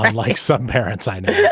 like some parents i know. yeah